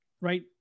right